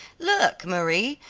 look, marie,